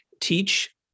teach